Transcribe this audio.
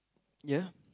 ya